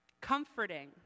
Comforting